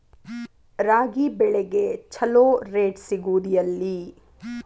ರಾಗಿ ಬೆಳೆಗೆ ಛಲೋ ರೇಟ್ ಸಿಗುದ ಎಲ್ಲಿ?